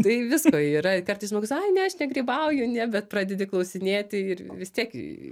tai visko yra kartais žmogus ai ne aš negrybauju ne bet pradedi klausinėti ir vis tiek